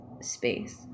space